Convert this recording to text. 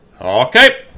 Okay